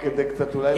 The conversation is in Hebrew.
רק כדי קצת אולי,